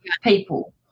people